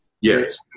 Yes